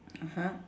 (uh huh)